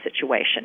situation